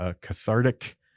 cathartic